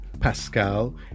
Pascal